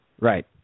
right